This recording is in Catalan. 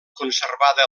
conservada